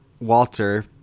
Walter